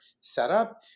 setup